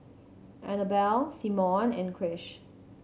Annabell Simone and Krish